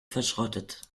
verschrottet